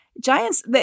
Giants